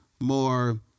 more